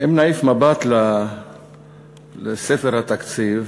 אם נעיף מבט בספר התקציב,